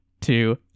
two